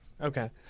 okay